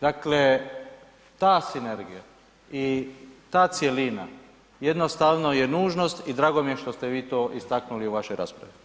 Dakle, ta sinergija i ta cjelina jednostavno je nužnost i drago mi je što ste vi to istaknuli u vašoj raspravi.